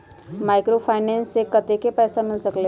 Microfinance से कतेक पैसा मिल सकले ला?